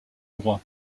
droit